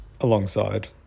alongside